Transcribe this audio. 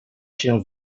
się